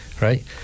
Right